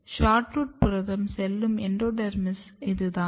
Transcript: SHORT ROOT புரதம் செல்லும் endodermis இதுதான்